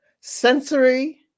sensory